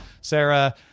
Sarah